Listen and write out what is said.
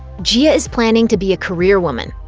gia is planning to be a career woman.